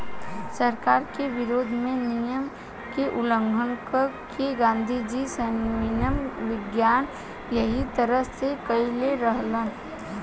सरकार के विरोध में नियम के उल्लंघन क के गांधीजी सविनय अवज्ञा एही तरह से कईले रहलन